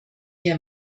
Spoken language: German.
hier